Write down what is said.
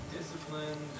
discipline